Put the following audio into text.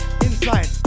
Inside